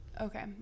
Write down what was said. Okay